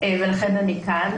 ולכן אני כאן.